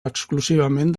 exclusivament